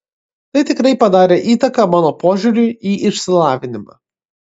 tai tikrai padarė įtaką mano požiūriui į išsilavinimą